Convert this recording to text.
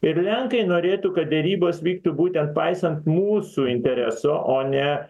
ir lenkai norėtų kad derybos vyktų būtent paisant mūsų intereso o ne